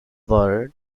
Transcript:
buried